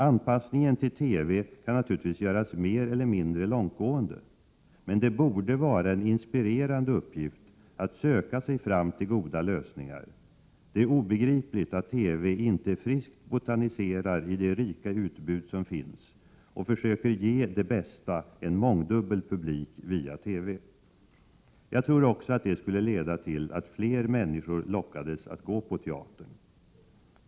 Anpassningen till TV kan naturligtvis göras mer eller mindre långtgående. Det borde vara en inspirerande uppgift att söka sig fram till goda lösningar. Det är obegripligt att TV inte friskt botaniserar i det rika utbud som finns och försöker ge det bästa åt en mångdubbel publik via TV. Jag tror också att det skulle leda till att fler människor lockades att gå på teatern.